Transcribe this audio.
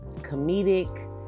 comedic